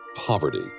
Poverty